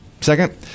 Second